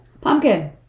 Pumpkin